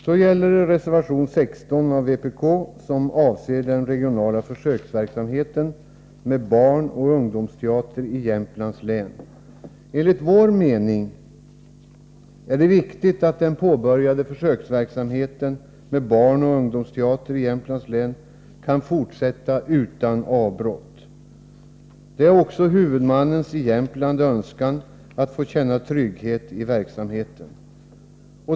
Så gäller det reservation 16 av vpk, som avser den regionala försöksverksamheten med barnoch ungdomsteater i Jämtlands län. Enligt vår mening är det viktigt att den påbörjade försöksverksamheten med barnoch ungdomsteater i Jämtlands län kan fortsätta utan avbrott. Det är också huvudmannens i Jämtland önskan att få känna trygghet i verksamheten.